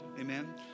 Amen